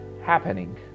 Happening